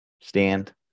stand